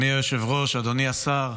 אדוני היושב-ראש, אדוני השר,